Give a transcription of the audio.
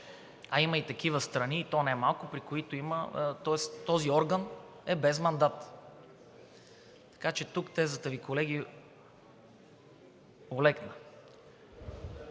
а има и такива страни, и то немалко, при които този орган е без мандат. Така че тук тезата Ви, колеги, олекна.